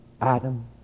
Adam